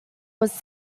was